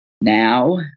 Now